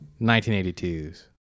1982's